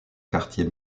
quartier